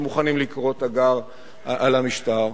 שמוכנים לקרוא תיגר על המשטר.